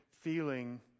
feeling